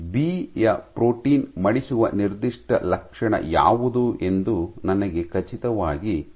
B ಯ protein ಮಡಿಸುವ ನಿರ್ದಿಷ್ಟ ಲಕ್ಷಣ ಯಾವುದು ಎಂದು ನನಗೆ ಖಚಿತವಾಗಿ ತಿಳಿದಿದೆ